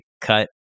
cut